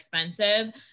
expensive